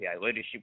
leadership